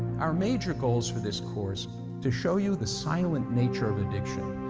our major goals for this course to show you the silent nature of addiction,